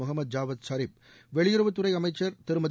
Mohammed Javad Zarif வெளியுறவுத்துறை அமைச்சர் திருமதி